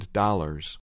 dollars